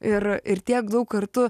ir ir tiek daug kartu